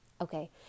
Okay